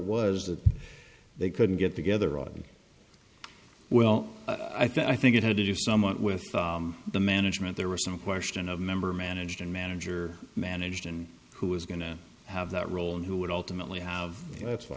was that they couldn't get together on well i think it had to do somewhat with the management there was some question of member managed and manager managed and who was going to have that role and who would ultimately have that's